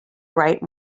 write